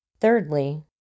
Thirdly